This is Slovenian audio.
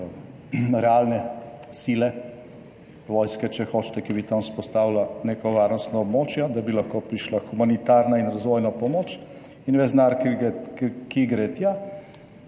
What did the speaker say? realne sile, vojske, če hočete, ki bi tam vzpostavila neka varnostna območja, da bi lahko prišla humanitarna in razvojna pomoč. In ves denar, ki gre tja,